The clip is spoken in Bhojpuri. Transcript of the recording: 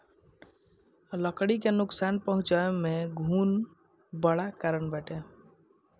लकड़ी के नुकसान पहुंचावे में घुन बड़ कारण बाटे